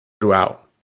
throughout